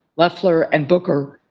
loeffler, and booker,